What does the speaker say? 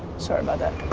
sorry about that.